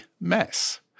mess